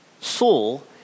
Saul